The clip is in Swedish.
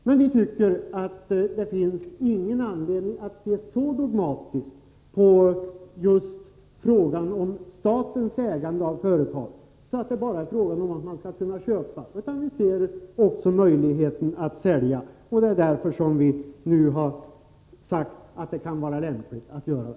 Men vi tycker inte att det finns någon anledning att se så dogmatiskt på frågan om just statens ägande av företag så att det enbart är en fråga om att köpa, utan vi ser också möjligheten att sälja. Det är därför vi nu har sagt att det kan vara lämpligt att göra så.